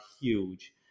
huge